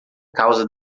causa